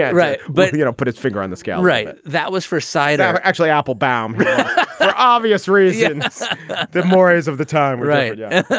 yeah right. but, you know, put his finger on the scale. right. that was for cider actually. appelbaum obvious reason. yeah so the mores of the time. right yeah